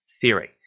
theory